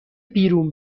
بیرون